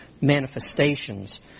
manifestations